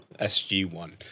SG1